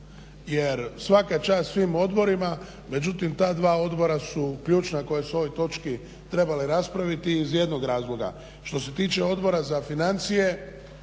jer svaka čast svim odborima međutim ta dva odbora su ključna koja su u ovoj točki trebali raspraviti iz jednog razloga. Što se tiče Odbora za financije